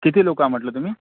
किती लोक म्हटलं तुम्ही